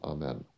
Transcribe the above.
Amen